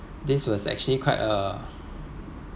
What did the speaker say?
this was actually quite a